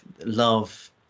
love